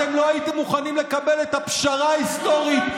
אתם לא הייתם מוכנים לקבל את הפשרה ההיסטורית.